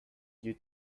you